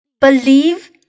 Believe